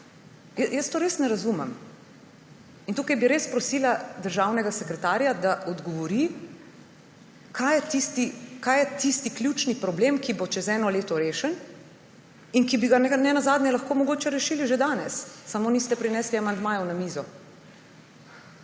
Jaz tega res ne razumem. Tukaj bi res prosila državnega sekretarja, da odgovori, kaj je tisti ključni problem, ki bo čez eno leto rešen in ki bi nenazadnje lahko rešili že danes, samo niste prinesli amandmajev na mizo.